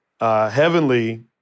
Heavenly